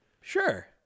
Sure